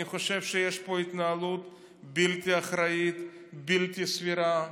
אני חושב שיש פה התנהלות בלתי אחראית, בלתי סבירה.